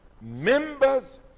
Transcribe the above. members